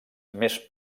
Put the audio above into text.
més